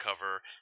cover